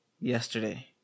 yesterday